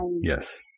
Yes